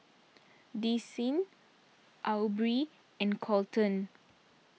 Desean Aubree and Colten